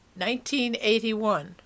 1981